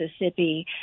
Mississippi